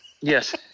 Yes